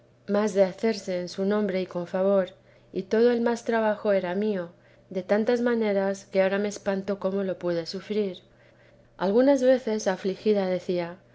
de hacerse en su nombre y con su favor todo el más trabajo era mío de tantas maneras que ahora me espanto cómo lo pude sufrir algunas veces afligida decía